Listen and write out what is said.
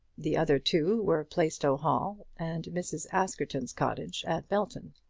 the other two were plaistow hall and mrs. askerton's cottage at belton.